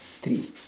three